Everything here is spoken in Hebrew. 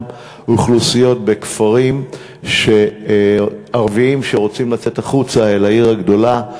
אוכלוסיות בכפרים ערביים שרוצות לצאת החוצה אל העיר הגדולה,